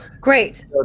Great